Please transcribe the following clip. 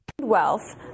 Wealth